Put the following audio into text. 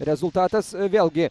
rezultatas vėlgi